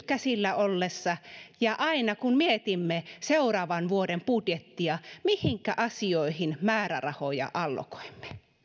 käsillä ollessa kuten nyt ja aina kun mietimme seuraavan vuoden budjettia mihinkä asioihin määrärahoja allokoimme